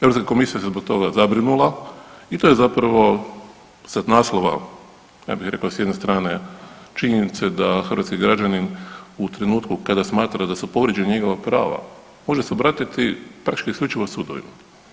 EU komisija se zbog toga zabrinula i to je zapravo sa naslova, ja bih rekao, s jedne strane, činjenice da hrvatski građanin u trenutku kada smatra da su povrijeđena njegova prava, može se obratiti praktički isključivo sudovima.